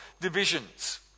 divisions